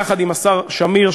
יחד עם השר שמיר,